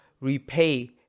Repay